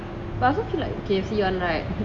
but I also feel like k_F_C [one] right